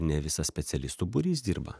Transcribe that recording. ne visas specialistų būrys dirba